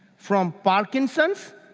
from parkinson's.